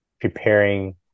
preparing